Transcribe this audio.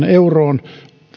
euroon